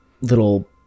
little